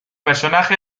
personaje